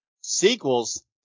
sequels